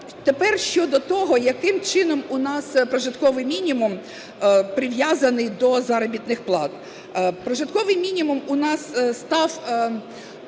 Тепер щодо того, яким чином у нас прожитковий мінімум прив'язаний до заробітних плат. Прожитковий мінімум у нас став